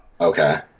Okay